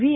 V